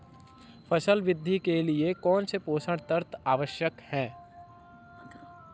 फसल वृद्धि के लिए कौनसे पोषक तत्व आवश्यक हैं?